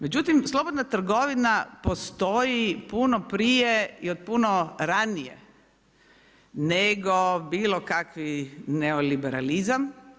Međutim, slobodna trgovina postoji puno prije i od puno ranije nego bilo kakvi neoliberalizam.